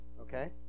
okay